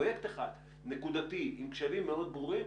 פרויקט הקמת מבנה חדש למשרד ראש הממשלה ומעונו.